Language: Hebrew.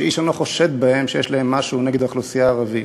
שאיש אינו חושד בהם שיש להם משהו נגד האוכלוסייה הערבית.